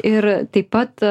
ir taip pat